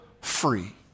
free